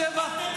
שבע,